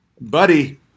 buddy